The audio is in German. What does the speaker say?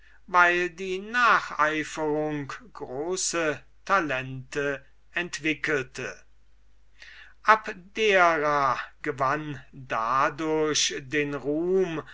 weil die nacheiferung große talente entwickelte abdera gewann dadurch den ruhm